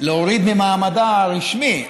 להוריד ממעמדה הרשמי.